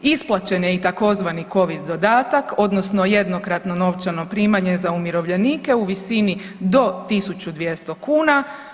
Isplaćen je i tzv. Covid dodatak odnosno jednokratno novčano primanje za umirovljenike u visini do 1.200 kuna.